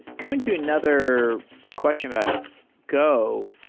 coming to another question about go,